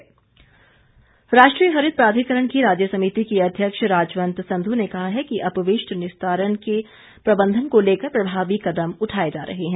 राजवंत संधु राष्ट्रीय हरित प्राधिकरण की राज्य समिति की अध्यक्ष राजवंत संध् ने कहा है कि अपविष्ट निस्तारण के प्रबंधन को लेकर प्रभावी कदम उठाए जा रहे हैं